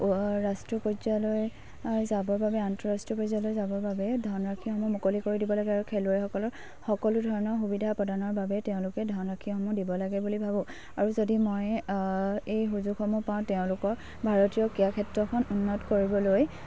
ৰাষ্ট্ৰীয় পৰ্য্য়ায়লৈ যাবৰ বাবে আন্তঃৰাষ্ট্ৰীয় পৰ্য্য়ায়লৈ যাবৰ বাবে ধনৰাশিসমূহ মুকলি কৰি দিব লাগে আৰু খেলুৱৈসকলৰ সকলো ধৰণৰ সুবিধা প্ৰদানৰ বাবে তেওঁলোকে ধন ৰাশিসমূহ দিব লাগে বুলি ভাবোঁ আৰু যদি মই এই সুযোগসমূহ পাওঁ তেওঁলোকৰ ভাৰতীয় ক্ৰীড়াক্ষেত্ৰখন উন্নত কৰিবলৈ